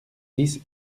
dix